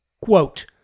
Quote